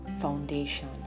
foundation